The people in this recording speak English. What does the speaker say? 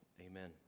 Amen